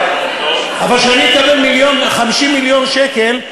אבל כשאני אקבל 50 מיליון שקל,